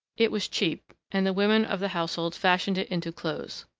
it was cheap, and the women of the household fashioned it into clothes.